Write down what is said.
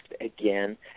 again